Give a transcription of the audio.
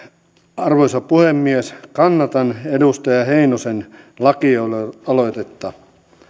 arvoisa puhemies kannatan edustaja heinosen lakialoitetta